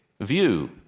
view